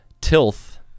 Tilth